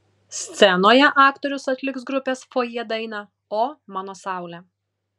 scenoje aktorius atliks grupės fojė dainą o mano saule